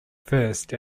first